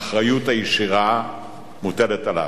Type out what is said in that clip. האחריות הישירה מוטלת עליו.